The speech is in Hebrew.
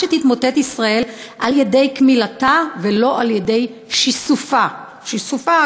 שתתמוטט ישראל על-ידי קמילתה ולא על-ידי שיסופה" שיסופה,